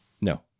No